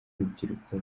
urubyiruko